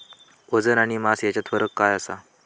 वजन आणि मास हेच्यात फरक काय आसा?